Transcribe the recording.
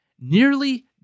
nearly